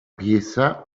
pieza